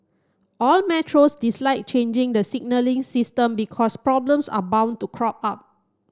all metros dislike changing the signalling system because problems are bound to crop up